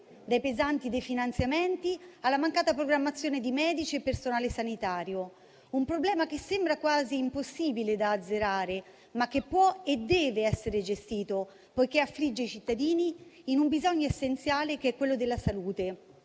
dai pesanti definanziamenti alla mancata programmazione di medici e personale sanitario. Un problema che sembra quasi impossibile da azzerare, ma che può e deve essere gestito, poiché affligge i cittadini in un bisogno essenziale, quello della salute,